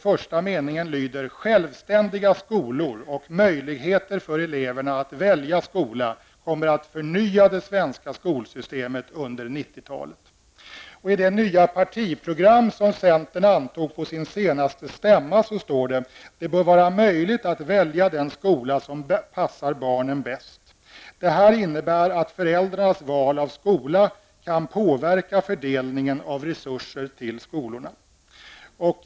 Första meningen lyder: ''Självständiga skolor och möjligheter för eleverna att välja skola kommer att förnya det svenska skolsystemet under 90-talet''. I det nya partiprogram som centern antog på sin senaste stämma står: ''Det bör vara möjligt att välja den skola som passar barnen bäst. Det här innebär att föräldrarnas val av skola kan påverka fördelningen av resurser till skolorna.''